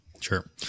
Sure